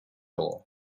all